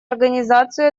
организацию